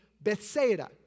Bethsaida